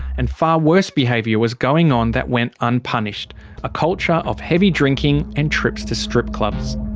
and far worse behaviour was going on that went unpunished a culture of heavy drinking, and trips to strip clubs.